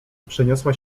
przeniosła